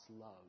love